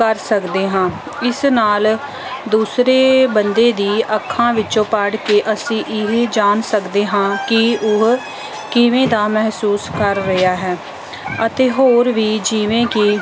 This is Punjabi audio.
ਕਰ ਸਕਦੇ ਹਾਂ ਇਸ ਨਾਲ ਦੂਸਰੇ ਬੰਦੇ ਦੀ ਅੱਖਾਂ ਵਿੱਚੋਂ ਪੜ੍ਹ ਕੇ ਅਸੀਂ ਇਹ ਜਾਣ ਸਕਦੇ ਹਾਂ ਕਿ ਉਹ ਕਿਵੇਂ ਦਾ ਮਹਿਸੂਸ ਕਰ ਰਿਹਾ ਹੈ ਅਤੇ ਹੋਰ ਵੀ ਜਿਵੇਂ ਕਿ